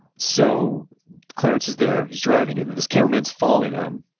so clarence is there. he's driving and this cameraman's following him.